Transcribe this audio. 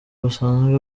musanzwe